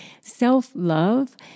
Self-love